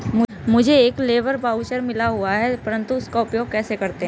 मुझे एक labour voucher मिला हुआ है परंतु उसका उपयोग कैसे करते हैं?